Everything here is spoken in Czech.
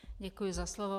Děkuji za slovo.